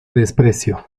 desprecio